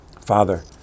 Father